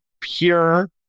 Pure